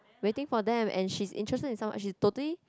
waiting for them and she's interested in someone she totally